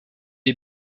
est